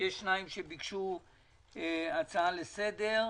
- יש שניים שביקשו הצעה לסדר.